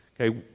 okay